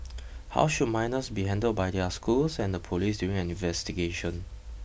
how should minors be handled by their schools and the police during an investigation